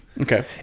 Okay